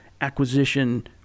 acquisition